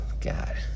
God